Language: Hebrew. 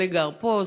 זה גר פה,